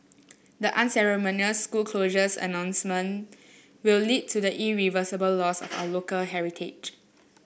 the unceremonious school closures announcement will lead to the irreversible loss of our local heritage